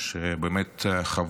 שבאמת חוו